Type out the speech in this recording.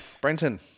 Brenton